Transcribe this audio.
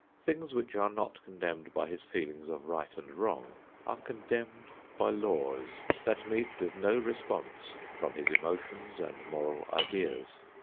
things which are not condemned by his feelings of right and wrong are condemned by laws that meet with no response from his emotions and moral ideas.